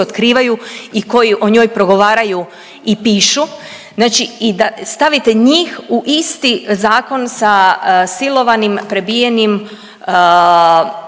otkrivaju i koji o njoj progovaraju i pišu. Znači i da stavite njih u isti zakon sa silovanim, prebijenim,